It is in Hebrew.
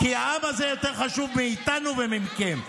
כי העם הזה יותר חשוב מאיתנו ומכם.